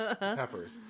Peppers